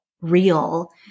real